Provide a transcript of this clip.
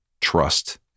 trust